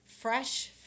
fresh